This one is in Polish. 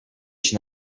się